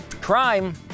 crime